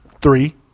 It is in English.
three